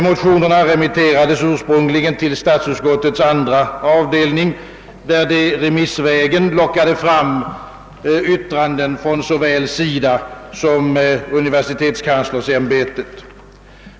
Motionerna remitterades ursprungligen till statsutskottets andra avdelning, där de remissvägen lockade fram yttranden från såväl SIDA som universitetskanslersämbetet.